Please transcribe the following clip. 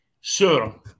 Sir